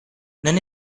non